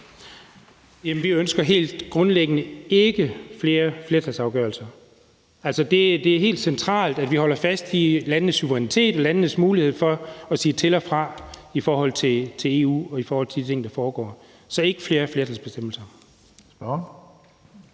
Vi ønsker helt grundlæggende ikke flere flertalsafgørelser. Altså, det er helt centralt, at vi holder fast i landenes suverænitet og landenes mulighed for at sige til og fra i forhold til EU og i forhold til de ting, der foregår. Så vi ønsker ikke flere flertalsbestemmelser.